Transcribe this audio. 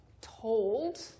told